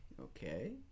Okay